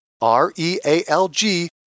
R-E-A-L-G